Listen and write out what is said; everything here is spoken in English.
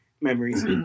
memories